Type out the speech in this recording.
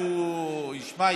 הוא ישמע,